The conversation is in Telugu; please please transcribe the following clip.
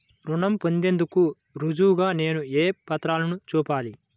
రుణం పొందేందుకు రుజువుగా నేను ఏ పత్రాలను చూపాలి?